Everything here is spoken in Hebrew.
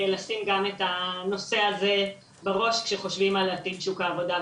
שהיא גם מאוד קשורה לצעירים בשוק העבודה,